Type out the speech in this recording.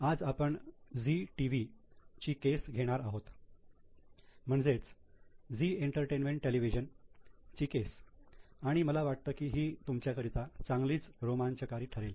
आज आपण झी टीव्ही ची केस घेणार आहोत म्हणजेच झी एंटरटेनमेंट टेलिव्हिजन ची केस आणि मला वाटतं की ही तुमच्या करिता चांगलीच रोमांचकारी ठरेल